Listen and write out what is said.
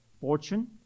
fortune